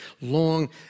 long